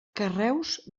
carreus